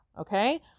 okay